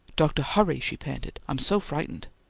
doctor, hurry! she panted. i'm so frightened.